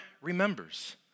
remembers